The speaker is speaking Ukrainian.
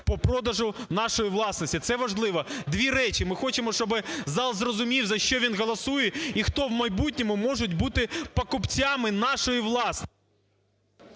по продажу нашої власності. Це важливо. Дві речі. Ми хочемо, щоби зал розумів, за що ми голосуємо і хто в майбутньому може бути покупцями нашої…